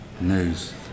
news